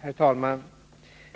Herr talman!